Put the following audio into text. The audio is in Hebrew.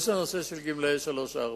יש הנושא של גילאי שלוש-ארבע.